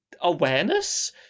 awareness